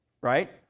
right